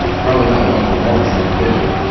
probably not what uncle morris had envisioned,